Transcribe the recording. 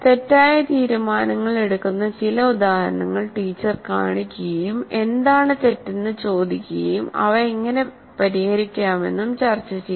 തെറ്റായ തീരുമാനങ്ങൾ എടുക്കുന്ന ചില ഉദാഹരണങ്ങൾ ടീച്ചർ കാണിക്കുകയും എന്താണ് തെറ്റെന്ന് ചോദിക്കുകയും അവ എങ്ങനെ പരിഹരിക്കാമെന്നും ചർച്ച ചെയ്യുന്നു